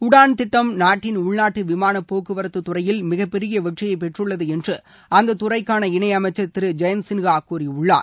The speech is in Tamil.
உடான் திட்டம் நாட்டின் உள்நாட்டு விமானப்போக்குவரத்துத்துறையில் மிகப்பெரிய வெற்றியை பெற்றுள்ளது என்று அந்த துறைக்கான இணை அமைச்சர் திரு ஜெயந்த் சின்ஹா கூறியுள்ளார்